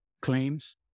claims